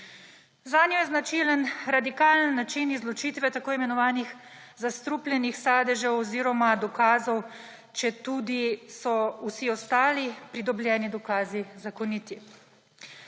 Zanjo je značilen radikalen način izločitve tako imenovanih zastrupljenih sadežev oziroma dokazov, četudi so vsi ostali pridobljeni dokazi zakoniti.